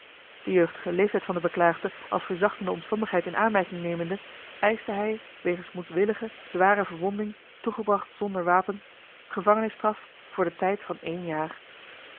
de jeugdige leeftijd van den beklaagde als verzachtende omstandigheid in aanmerking nemende eischte hij wegens moedwillige zware verwonding toegebracht zonder wapen gevangenisstraf voor den tijd van één jaar